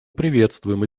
приветствуем